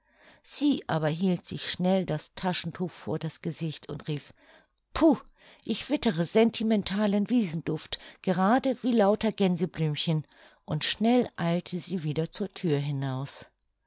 sie aber hielt sich schnell das taschentuch vor das gesicht und rief puh ich wittere sentimentalen wiesenduft gerade wie lauter gänseblümchen und schnell eilte sie wieder zur thür hinaus